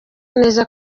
neza